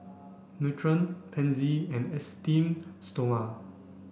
Nutren Pansy and Esteem stoma